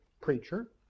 preacher